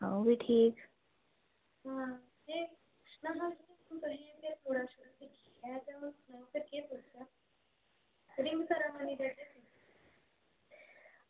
अं'ऊ बी ठीक